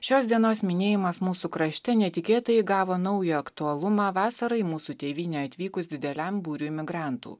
šios dienos minėjimas mūsų krašte netikėtai įgavo naują aktualumą vasarą į mūsų tėvynę atvykus dideliam būriui migrantų